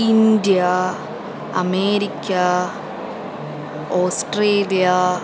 India America Australia